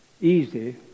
easy